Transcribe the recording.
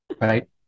right